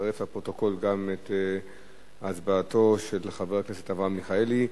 נצרף לפרוטוקול גם את הצבעתו של חבר הכנסת אברהם מיכאלי.